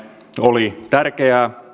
oli tärkeää